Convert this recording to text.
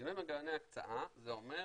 שינוי מנגנוני הקצאה זה אומר